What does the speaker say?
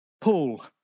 Paul